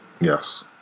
Yes